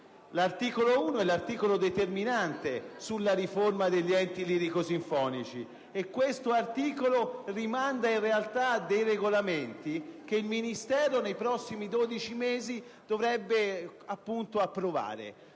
L'articolo 1 è l'articolo determinante sulla riforma degli enti lirico-sinfonici, e rinvia, in realtà, a dei regolamenti che il Ministero nei prossimi 12 mesi dovrebbe emanare.